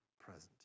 present